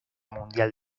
mundial